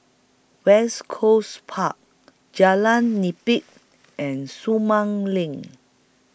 West Coast Park Jalan Nipah and Sumang LINK